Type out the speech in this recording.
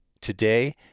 Today